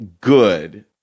good